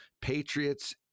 Patriots